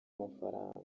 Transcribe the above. amafaranga